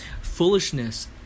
foolishness